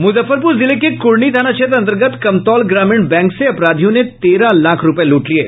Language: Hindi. मुजफ्फरपुर जिले के कुढ़नी थाना क्षेत्र अंतर्गत कमतौल ग्रामीण बैंक से अपराधियों ने तेरह लाख रूपये लूट लिये